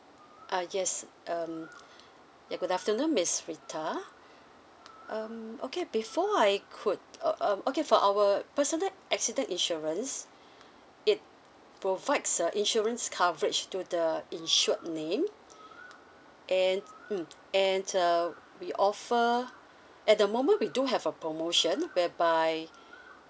uh yes um ya good afternoon miss rita um okay before I could uh um okay for our personal accident insurance it provides a insurance coverage to the insured name and mm and uh we offer at the moment we do have a promotion whereby